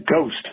Ghost